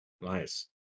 Nice